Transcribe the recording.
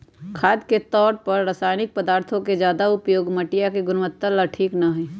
खाद के तौर पर रासायनिक पदार्थों के ज्यादा उपयोग मटिया के गुणवत्ता ला ठीक ना हई